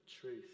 truth